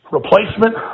replacement